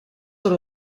oder